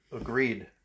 Agreed